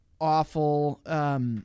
awful